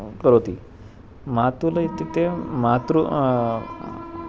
करोति मातुलः इत्युक्ते मातृ